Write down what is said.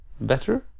better